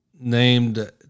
named